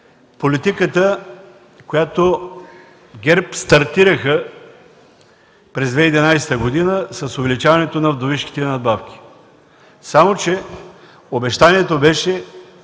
политиката, която ГЕРБ стартира през 2011 г. – увеличаването на вдовишките надбавки. Само че обещанието в